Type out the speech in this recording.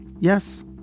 Yes